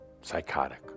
psychotic